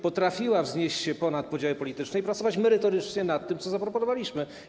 potrafiła wznieść się ponad podziały polityczne i pracować merytorycznie nad tym, co zaproponowaliśmy.